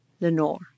Lenore